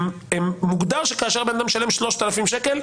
מוגדר שכאשר אדם משלם 3,000 שקל,